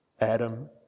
Adam